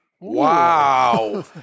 Wow